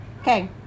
okay